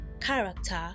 character